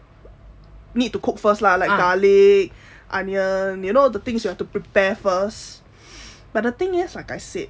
need to cook first lah like garlic onion you know the things you have to prepare first but the thing is like I said